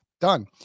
Done